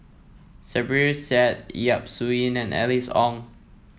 Zubir Said Yap Su Yin and Alice Ong